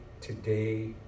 today